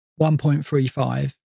1.35